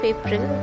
April